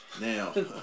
Now